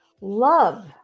love